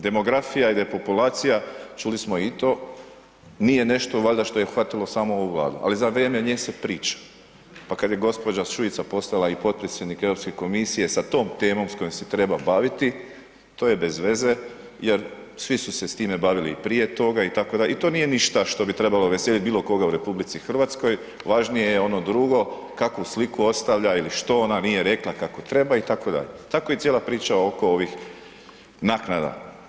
Demografija i depopulacija čuli smo i to, nije nešto valjda što je uhvatilo samo ovu Vladu, ali za vrijeme nje se priča, pa kad je gđa. Šuica postala i potpredsjednik Europske komisije sa tom temom s kojom se treba baviti, to je bez veze jer svi su se s time bavili i prije toga itd. i to nije ništa što bi trebalo veselit bilo koga u RH, važnije je ono drugo kakvu sliku ostavlja ili što ona nije rekla kako treba itd., tako i cijela priča oko ovih naknada.